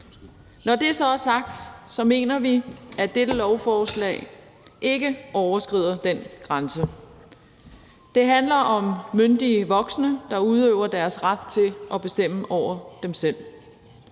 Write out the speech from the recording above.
Når det så er sagt, mener vi, at dette lovforslag ikke overskrider den grænse. Det handler om myndige voksne, der udøver deres ret til bestemme over sig selv.